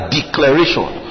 declaration